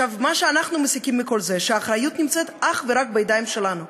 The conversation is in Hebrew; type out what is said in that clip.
מה שאנחנו מסיקים מכל זה שהאחריות נמצאת אך ורק בידיים שלנו.